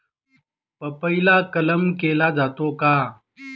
पपईला कलम केला जातो का?